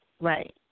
Right